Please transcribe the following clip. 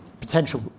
potential